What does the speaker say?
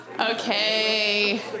Okay